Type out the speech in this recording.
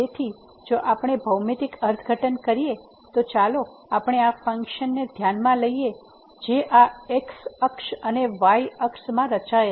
તેથી જો આપણે ભૌમિતિક અર્થઘટન કરીએતો ચાલો આપણે આ ફંક્શન ને ધ્યાનમાં લઈએ જે આ x અક્ષ અને અહીં y અક્ષમાં રચાયેલ છે